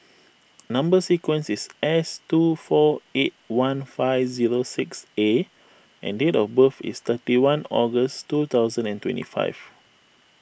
Number Sequence is S two four eight one five zero six A and date of birth is thirty one August two thousand and twenty five